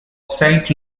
saint